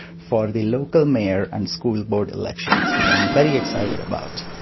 for the local mayor and school board elections, which i'm very excited about.